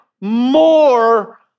more